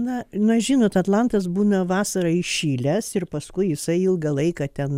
na na žinot atlantas būna vasarą įšilęs ir paskui jisai ilgą laiką ten